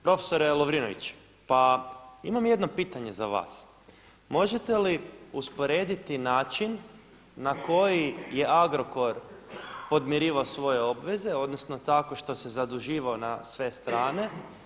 Profesore Lovrinović, pa imam jedno pitanje za vas, možete li usporediti način na koji je Arokor podmirivao svoje obveze, odnosno tako što se zaduživao na sve strane.